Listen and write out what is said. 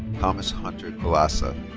thomas hunter kolasa.